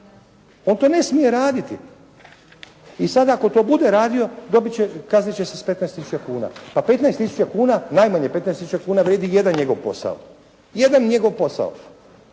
On to ne smije raditi. I sad ako to bude radio dobit će, kaznit će se s 15 tisuća kuna. Pa 15 tisuća kuna, najmanje 15 tisuća kuna vrijedi jedan njegov posao, jedan njegov posao.